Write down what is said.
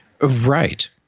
Right